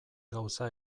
gauza